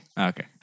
Okay